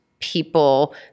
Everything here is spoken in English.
people